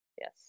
yes